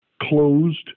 closed